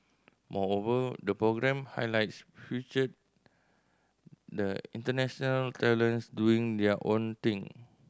moreover the program highlights featured the international talents doing their own thing